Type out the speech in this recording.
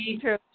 true